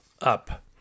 up